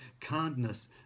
kindness